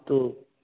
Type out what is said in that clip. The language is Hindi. तो